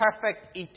perfect